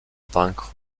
bank